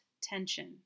tension